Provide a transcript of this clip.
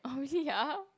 obviously ya